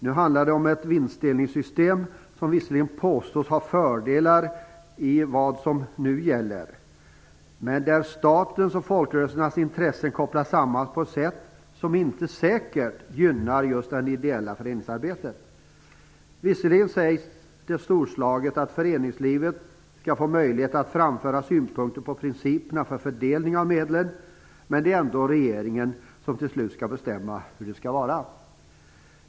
Nu handlar det om ett vinstdelningssystem som visserligen påstås ha fördelar i vad som nu gäller, men där statens och folkrörelsernas intressen kopplas samman på ett sätt som inte säkert gynnar just det ideella föreningsarbetet. Visserligen sägs det storslaget att föreningslivet skall få möjlighet att framföra synpunkter på principerna för fördelning av medlen, men det är ändå regeringen som till slut skall bestämma hur det skall vara.